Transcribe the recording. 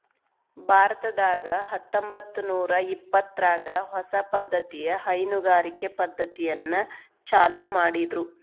ಭಾರತದಾಗ ಹತ್ತಂಬತ್ತನೂರಾ ಇಪ್ಪತ್ತರಾಗ ಹೊಸ ಪದ್ದತಿಯ ಹೈನುಗಾರಿಕೆ ಪದ್ದತಿಯನ್ನ ಚಾಲೂ ಮಾಡಿದ್ರು